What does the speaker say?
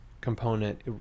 component